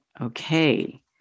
Okay